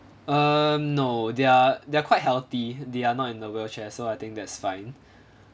um no they're they are quite healthy they are not in the wheelchair so I think that's fine